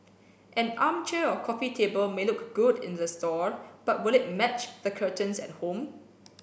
an armchair or coffee table may look good in the store but will it match the curtains at home